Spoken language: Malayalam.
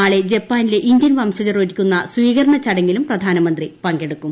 നാളെ ജപ്പാനിലെ ഇന്ത്യൻ വംശജർ ഒരുക്കുന്ന സ്വീകരണ ചടങ്ങിലും പ്രധാനമന്ത്രി പങ്കെടുക്കും